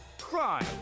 crime